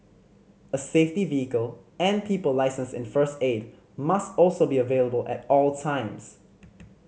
a safety vehicle and people licensed in first aid must also be available at all times